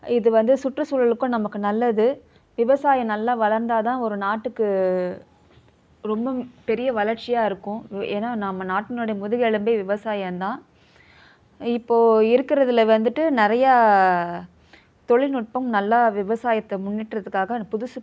இது வந்து சுற்றுசூழலுக்கும் நமக்கு நல்லது விவசாயம் நல்ல வளர்ந்தால் தான் ஒரு நாட்டுக்கு ரொம்ப பெரிய வளர்ச்சியாக இருக்கும் ஏன்னால் நம்ம நாட்டினுடைய முதுகெலும்பே விவசாயம் தான் இப்போது இருக்கிறதுல வந்துட்டு நிறையா தொழில்நுட்பம் நல்லா விவசாயத்தை முன்னேற்றத்துக்காக புதுசு